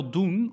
doen